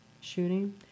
shooting